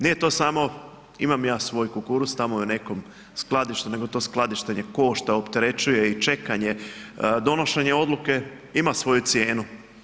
Nije to samo, imam ja svoj kukuruz tamo je u nekom skladištu nego to skladištenje košta, opterećuje i čekanje donošenja odluke ima svoju cijenu.